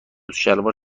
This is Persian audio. شلوار